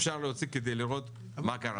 אפשר להוציא כדי לראות מה קרה.